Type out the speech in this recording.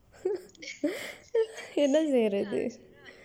என்ன செய்ரது:enna seyrathu